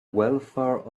welfare